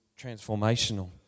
transformational